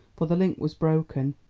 for the link was broken.